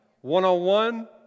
One-on-one